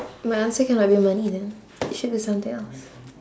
my answer cannot be money then it should be something else